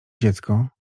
dziecko